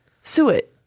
suet